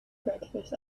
breakfast